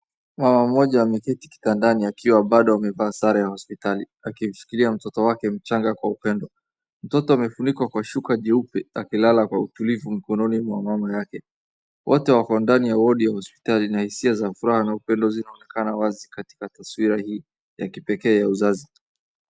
Mama mmoja ameketi kitandani akiwa bado amevaa sare ya hospitali, akimshikilia mtoto wake mchanga kwa upendo. Mtoto amefunikwa kwa shuka jeupe akilala kwa utulivu mikononi mwa mama yake. Wote wako ndani ya wodi ya hospitali na hisia za furaha na upendo zinaonekana wazi katika taswira hii ya kipekee ya uzazi.